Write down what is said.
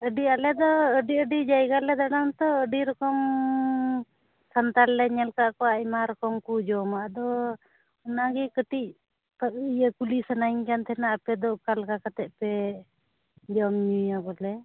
ᱟᱹᱰᱤ ᱟᱞᱮ ᱫᱚ ᱟᱹᱰᱤ ᱟᱹᱰᱤ ᱡᱟᱭᱜᱟ ᱨᱮᱞᱮ ᱫᱟᱲᱟᱱᱟ ᱛᱚ ᱟᱹᱰᱤ ᱨᱚᱠᱚᱢ ᱥᱟᱱᱛᱟᱲ ᱞᱮ ᱧᱮᱞ ᱟᱠᱟᱫ ᱠᱚᱣᱟ ᱟᱭᱢᱟ ᱨᱚᱠᱚᱢ ᱠᱚ ᱡᱚᱢᱟ ᱟᱫᱚ ᱚᱱᱟ ᱜᱮ ᱠᱟᱹᱴᱤᱡ ᱤᱭᱟᱹ ᱠᱩᱞᱤ ᱥᱟᱱᱟᱧ ᱠᱟᱱ ᱛᱟᱦᱮᱱᱟ ᱟᱯᱮ ᱫᱚ ᱚᱠᱟ ᱞᱮᱠᱟ ᱠᱟᱛᱮᱫ ᱯᱮ ᱡᱚᱢ ᱧᱩᱭᱟ ᱵᱚᱞᱮ